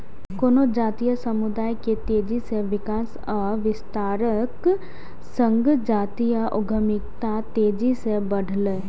कोनो जातीय समुदाय के तेजी सं विकास आ विस्तारक संग जातीय उद्यमिता तेजी सं बढ़लैए